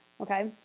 okay